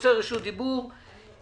יש במועצות אזוריות הוראת שעה שצריך להאריך.